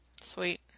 Sweet